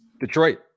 Detroit